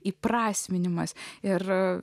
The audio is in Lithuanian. įprasminimas ir